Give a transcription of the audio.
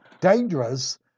dangerous